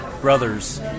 brothers